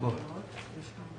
אנחנו עוברים